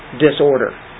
disorder